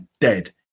dead